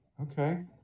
okay